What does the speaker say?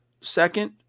second